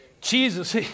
Jesus